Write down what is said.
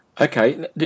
Okay